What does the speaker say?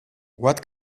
what